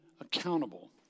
accountable